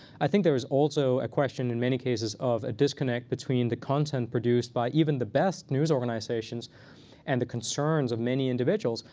i think there is also a question in many cases of a disconnect between the content produced by even the best news organizations and the concerns of many individuals.